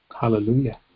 hallelujah